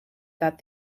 that